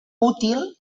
útil